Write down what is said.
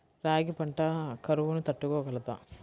రాగి పంట కరువును తట్టుకోగలదా?